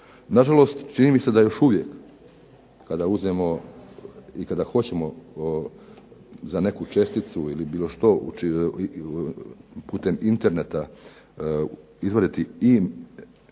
Nažalost, čini mi se da još uvijek kada uzmemo i kada hoćemo za neku česticu ili bilo što putem interneta izvaditi